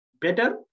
better